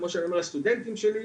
כמו שאני אומר לסטודנטים שלי,